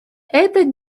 этот